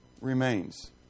Remains